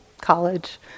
college